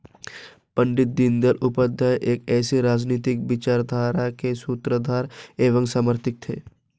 पण्डित दीनदयाल उपाध्याय एक ऐसी राजनीतिक विचारधारा के सूत्रधार एवं समर्थक थे